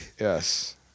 yes